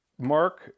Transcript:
Mark